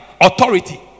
authority